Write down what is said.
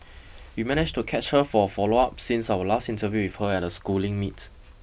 we managed to catch her for a follow up since our last interview with her at a schooling meet